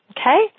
okay